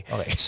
Okay